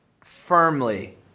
firmly